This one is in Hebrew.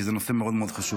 כי זה נושא מאוד חשוב.